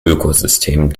ökosystem